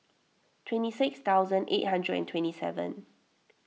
twenty six thousand eight hundred and twenty seven